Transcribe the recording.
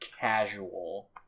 casual